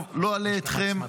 טוב, לא אלאה אתכם,